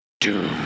doom